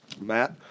matt